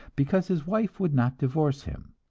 because his wife would not divorce him.